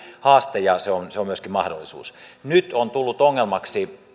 haaste ja se on se on myöskin mahdollisuus nyt on tullut ongelmaksi